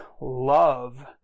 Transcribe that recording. love